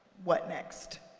what next?